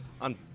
On